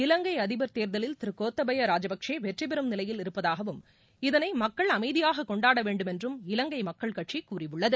இலங்கை அதிபர் தேர்தலில் திரு கோத்தபய ராஜபக்சே வெற்றிபெறும் நிலையில் இருப்பதாகவும் இதனை மக்கள் அமைதியாக கொண்டாட வேண்டும் என்றும் இலங்கை மக்கள் கட்சி கூறியுள்ளது